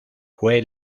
fue